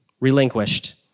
relinquished